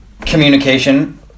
communication